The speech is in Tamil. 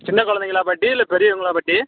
சின்னக் குலந்தைங்களாப் பாட்டி இல்லை பெரியவங்களாப் பாட்டி